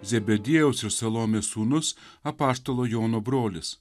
zebediejaus ir salomės sūnus apaštalo jono brolis